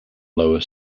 lower